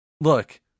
Look